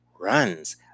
runs